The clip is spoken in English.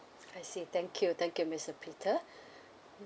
I see thank you thank you mister peter